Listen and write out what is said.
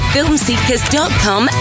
FilmSeekers.com